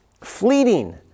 fleeting